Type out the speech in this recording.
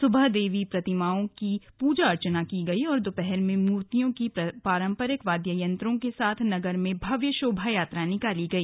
सुबह देवी प्रतिमाओं की पूजा अर्चना की गई और दोपहर में मूर्तियों की पारंपरिक वाद्य यंत्रों के साथ नगर में भव्य शोभा यात्रा निकाली गई